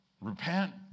Repent